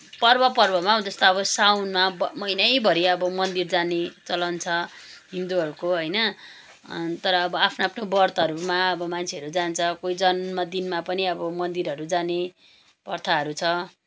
पर्व पर्वमा अब जस्तो अब साउनमा महिनैभरि अब मन्दिर जाने चलन छ हिन्दूहरू को होइन तर अब आफ्नो आफ्नो व्रतहरू मा अब मान्छेहरू जान्छ कोही जन्मदिनमा पनि अब मन्दिरहरू जाने प्रथाहरू छ